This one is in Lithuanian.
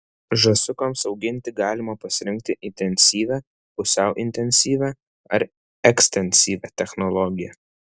žąsiukams auginti galima pasirinkti intensyvią pusiau intensyvią ar ekstensyvią technologiją